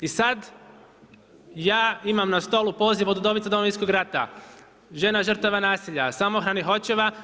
I sad, ja imam na stolu poziv od Udovica Domovinskog rata, žena žrtava nasilja, samohranih očeva.